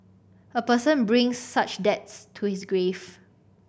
a person brings such debts to his grave